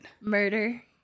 Murder